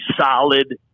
solid